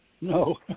No